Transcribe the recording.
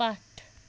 پتھ